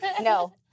No